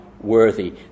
worthy